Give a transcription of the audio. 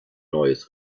neues